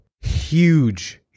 huge